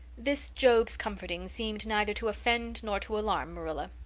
this job's comforting seemed neither to offend nor to alarm marilla.